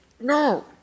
no